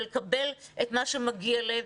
ולקבל את מה שמגיע להם.